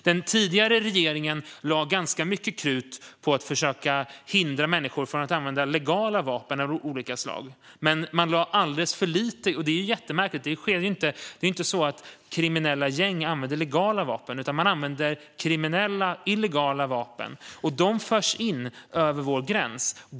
Den förra regeringen lade ganska mycket krut på att försöka hindra människor från att använda legala vapen av olika slag, vilket är jättemärkligt, för kriminella gäng använder ju inte legala vapen. De använder illegala vapen, och dessa förs in över vår gräns.